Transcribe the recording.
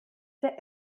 der